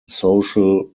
social